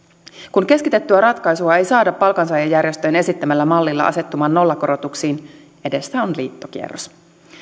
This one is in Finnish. kun keskitettyä ratkaisua ei saada palkansaajajärjestöjen esittämällä mallilla asettumaan nollakorotuksiin edessä on liittokierros